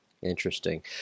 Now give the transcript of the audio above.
Interesting